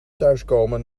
thuiskomen